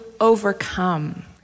overcome